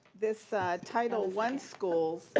this title one schools